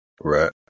Right